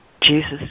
Jesus